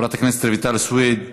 חברת הכנסת רויטל סויד,